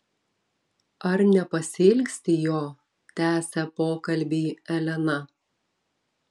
ar nepasiilgsti jo tęsia pokalbį elena